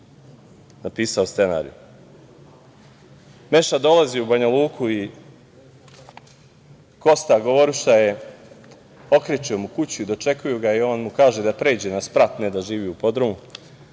napisao scenario? Meša dolazi u Banjaluku i Kosta Govoruša je, okrečio mu kuću i dočekuju ga i on mu kaže da pređe na sprat, ne da živi u podrumu.